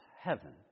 heaven